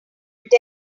desk